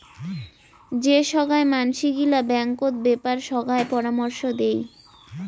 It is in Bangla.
যে সোগায় মানসি গিলা ব্যাঙ্কত বেপার সোগায় পরামর্শ দেই